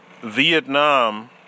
Vietnam